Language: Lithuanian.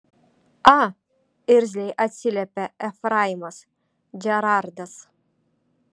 a irzliai atsiliepė efraimas džerardas